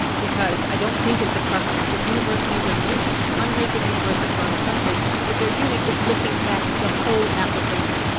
because i don't think it's a preference. what universities are doing hundreds of universities around the country what they're doing is looking at the whole application.